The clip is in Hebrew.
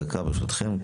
דקה ברשותכם,